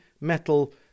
metal